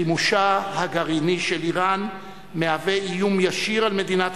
חימושה הגרעיני של אירן מהווה איום ישיר על מדינת